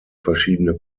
verschiedene